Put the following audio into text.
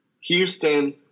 Houston